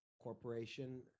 Corporation